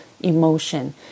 emotion